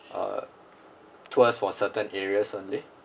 uh tours for certain areas only